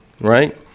right